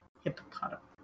hippopotamus